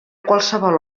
qualsevol